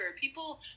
people